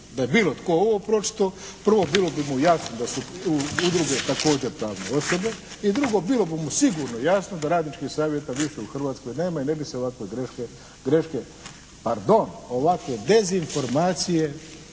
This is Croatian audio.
da je bilo tko ovo pročitao, prvo bilo bi mu jasno da su udruge također pravne osobe. I drugo, bilo bi mu sigurno jasno da radničkog savjeta više u Hrvatskoj nema i ne bi se ovakva greške pardon, ovakve dezinformacije